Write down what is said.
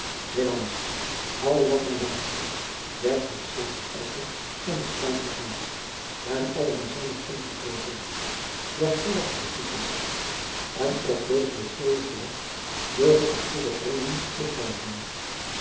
helaas al wat mij waard was werd het slachtoffer van den spaanschen haat en allen zijn nog ongewroken slechts velasco viel ten offer en of deze de schuldige was durf ik op goede gronden betwijfelen